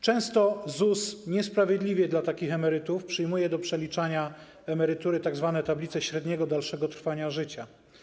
Często ZUS niesprawiedliwie dla takich emerytów przyjmuje do przeliczania emerytury tzw. tablice średniego dalszego trwania życia.